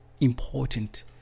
important